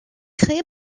créé